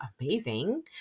amazing